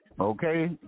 okay